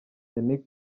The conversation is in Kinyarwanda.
yannick